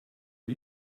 are